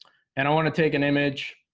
and i want to take an image